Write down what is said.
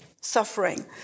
suffering